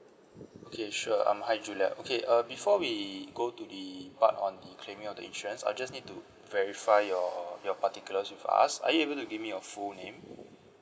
okay sure um hi julia okay uh before we go to the part on the claiming of the insurance I'll just need to verify your your particulars with us are you able to give me your full name